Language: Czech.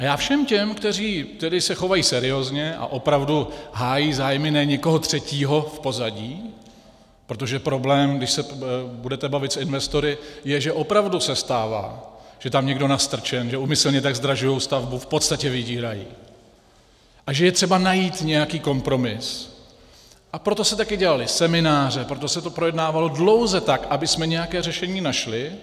A já všem těm, kteří se chovají seriózně a opravdu hájí zájmy ne někoho třetího v pozadí protože problém, když se budete bavit s investory, je, že opravdu se stává, že je tam někdo nastrčen, že úmyslně tak zdražují stavbu a v podstatě vydírají, a že je třeba najít nějaký kompromis, a proto se také dělaly semináře, proto se to projednávalo dlouze tak, abychom nějaké řešení našli.